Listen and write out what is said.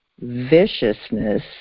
viciousness